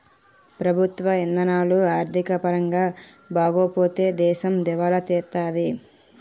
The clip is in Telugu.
ప్రభుత్వ ఇధానాలు ఆర్థిక పరంగా బాగోపోతే దేశం దివాలా తీత్తాది